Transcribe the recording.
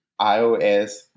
iOS